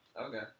okay